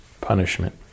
punishment